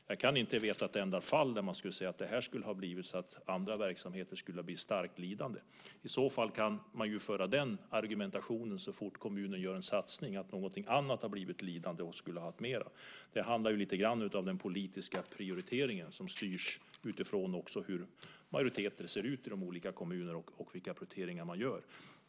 Jag känner inte till ett enda fall där andra verksamheter skulle ha blivit starkt lidande. I så fall kan man ju föra den argumentationen så fort kommunen gör en satsning att någonting annat har blivit lidande och skulle ha haft mera. Det handlar om den politiska prioriteringen, som styrs utifrån hur majoriteter ser ut i de olika kommunerna.